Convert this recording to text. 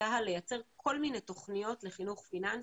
צה"ל לייצר כל מיני תוכניות לחינוך פיננסי.